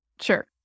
sure